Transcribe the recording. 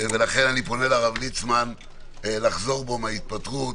לכן אני פונה לרב ליצמן לחזור בו מההתפטרות